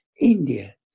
India